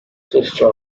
sister